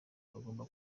bagomba